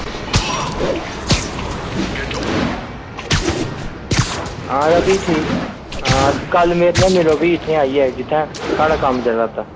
हां तां भी ठीक ऐ हां ते कल मेरे कन्नै मिले भी इत्थें आइयै जित्थें साढ़ा कम्म चला दा